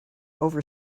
over